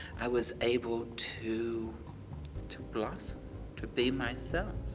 i was able to to blossom, to be myself.